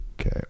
Okay